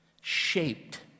shaped